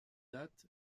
date